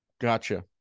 Gotcha